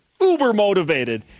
uber-motivated